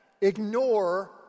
ignore